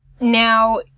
now